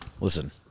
Listen